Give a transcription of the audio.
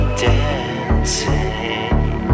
dancing